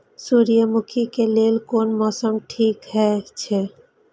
सूर्यमुखी के लेल कोन मौसम ठीक हे छे?